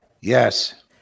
Yes